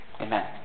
Amen